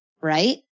right